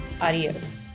Adios